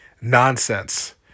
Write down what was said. nonsense